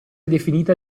definita